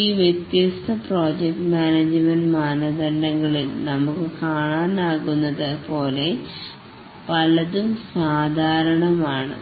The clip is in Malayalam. ഈ വ്യത്യസ്ത പ്രോജക്ട് മാനേജ്മെൻറ് മാനദണ്ഡങ്ങളിൽ നമുക്ക് കാണാനാകുന്നത് പോലെ പലതും സാധാരണമാണ്